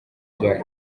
bya